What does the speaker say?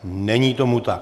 Není tomu tak.